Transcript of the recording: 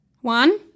One